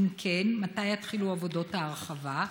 2. אם כן, מתי יתחילו עבודות ההרחבה?